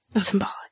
Symbolic